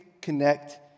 connect